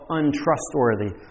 untrustworthy